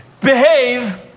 behave